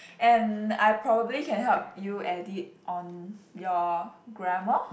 and I probably can help you edit on your grammar